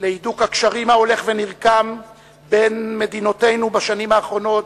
להידוק הקשרים ההולך ונרקם בין מדינותינו בשנים האחרונות,